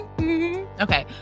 okay